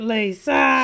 Lisa